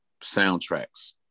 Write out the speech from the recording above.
soundtracks